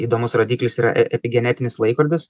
įdomus rodiklis yra epigenetinis laikrodis